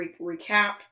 -recap